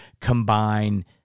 combine